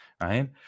right